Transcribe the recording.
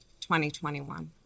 2021